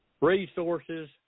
resources